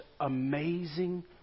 amazing